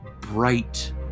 bright